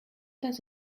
does